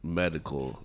medical